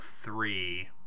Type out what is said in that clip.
three